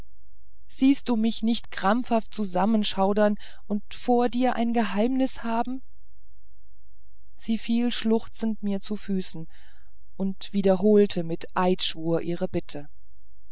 siehst du mich nicht krampfhaft zusammenschaudern und vor dir ein geheimnis haben sie fiel schluchzend mir zu füßen und wiederholte mit eidschwur ihre bitte